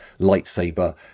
lightsaber